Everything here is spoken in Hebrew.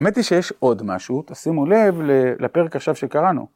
האמת היא שיש עוד משהו, תשימו לב לפרק עכשיו שקראנו.